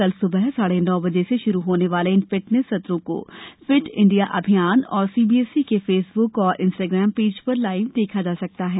कल सुबह साढे नौ बजे से शुरू होने वाले इन फिटनेस सत्रों को फिट इंडिया अभियान और सीबीएसई के फेसबुक एवं इंस्टाग्राम पेज पर लाइव देखा जा सकता हैं